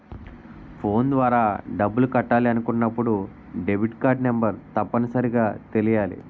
phone ద్వారా డబ్బులు కట్టాలి అనుకున్నప్పుడు డెబిట్కార్డ్ నెంబర్ తప్పనిసరిగా తెలియాలి